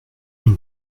une